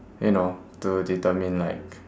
you know to determine like